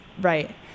Right